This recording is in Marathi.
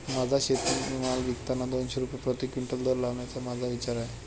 माझा शेतीमाल विकताना दोनशे रुपये प्रति क्विंटल दर लावण्याचा माझा विचार आहे